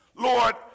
Lord